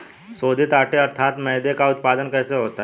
शोधित आटे अर्थात मैदे का उत्पादन कैसे होता है?